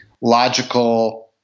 logical